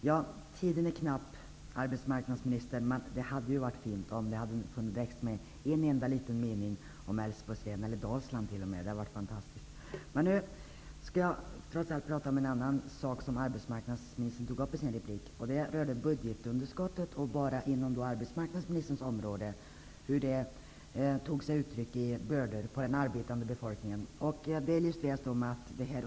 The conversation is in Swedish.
Herr talman! Tiden är knapp, arbetsmarknadsministern. Men det hade ju varit fint om det hade funnits med en enda liten mening om Älvsborgs län eller t.o.m. om Dalsland. Det hade varit fantastiskt. Jag skall ta upp en sak som arbetsmarknadsministern berörde i sitt inlägg. Det handlar om hur budgetunderskottet bara på arbetsmarknadsministerns område tar sig uttryck i form av bördor för den arbetande befolkningen.